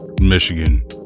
Michigan